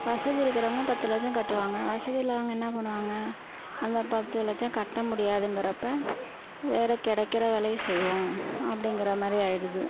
வசதி இருக்கிறவங்க பத்து லட்சம் கட்டுவாங்க வசதி இல்லாதவங்கள் என்ன பண்ணுவாங்க அந்த பத்து லட்சம் கட்ட முடியாதுங்கிறப்போ வேறு கிடைக்கிற வேலையை செய்வோம் அப்படிங்கிற மாதிரி ஆகிடுது